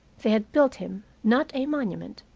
they had built him, not a monument,